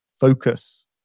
focus